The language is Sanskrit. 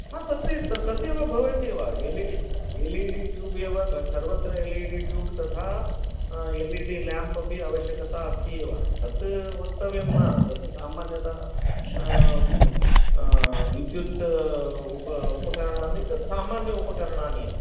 तत् तत्येव भवत्येव L E D L E D ट्यूबेव सर्वत्र एल् इ डि ट्यूब् तथा एल् इ डि ल्याम्प् अपि अवश्यकता अस्ति एव तत् वक्तव्यं न तत् सामान्यतः विद्युत् उप उपकरणानि तत् सामान्य उपकरणानि